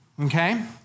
okay